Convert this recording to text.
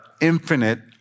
infinite